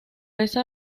esa